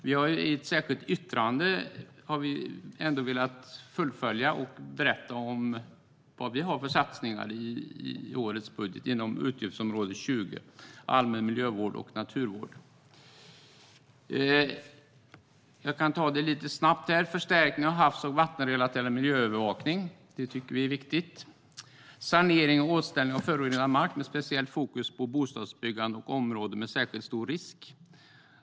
Vi har ändå velat fullfölja det i ett särskilt yttrande och berätta vad vi har för satsningar i årets budget inom utgiftsområde 20 Allmän miljövård och naturvård. Jag kan ta det lite snabbt. Det är förstärkning av havs och vattenrelaterad miljöövervakning. Det tycker vi är viktigt. Det är sanering och återställning av förorenad mark med speciellt fokus på bostadsbyggande och områden med särskilt stor risk.